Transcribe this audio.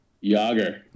Yager